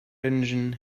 engine